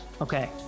Okay